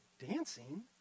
Dancing